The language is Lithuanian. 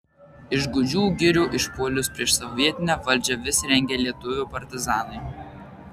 iš gūdžių girių išpuolius prieš sovietinę valdžią vis rengė lietuvių partizanai